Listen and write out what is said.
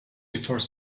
before